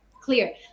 clear